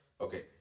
Okay